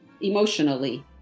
emotionally